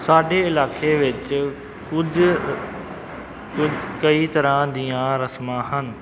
ਸਾਡੇ ਇਲਾਕੇ ਵਿੱਚ ਕੁਝ ਕ ਕਈ ਤਰ੍ਹਾਂ ਦੀਆਂ ਰਸਮਾਂ ਹਨ